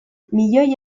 milioi